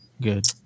good